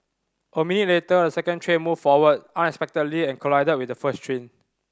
a minute later and second train moved forward unexpectedly and collided with the first train